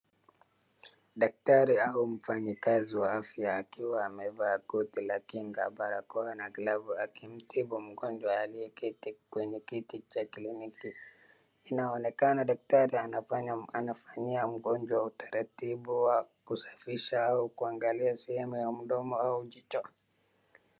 Daktari au mfanyikazi wa afya akiwa amevaa koti la kinga, barakoa na glavu akimtibu mgonjwa aliyeketi kwenye kiti cha kliniki. Inaonekana daktari anafanyia mgonjwa utaratibu wa kusafisha au kuangalia sehemu ya mdomo au jicho.